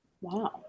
Wow